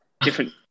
Different